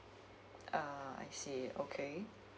uh I see okay